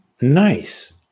Nice